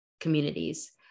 communities